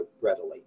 readily